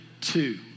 two